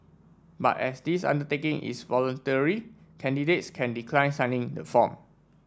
but as this undertaking is voluntary candidates can decline signing the form